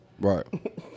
Right